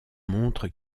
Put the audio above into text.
montre